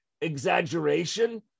exaggeration